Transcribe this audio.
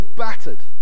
battered